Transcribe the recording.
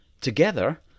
Together